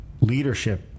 leadership